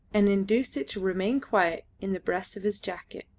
and induced it to remain quiet in the breast of his jacket.